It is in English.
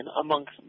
amongst